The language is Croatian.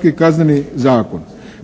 njemački kazneni zakon.